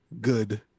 Good